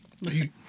Listen